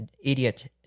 idiot